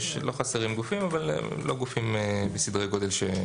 לא חסרים גופים, אבל הם לא גופים בסדרי גודל.